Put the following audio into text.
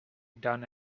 done